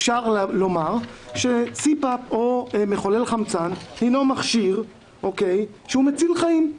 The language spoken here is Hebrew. אפשר לומר שסיפאפ או מחולל חמצן הנו מכשיר שהוא מציל חיים.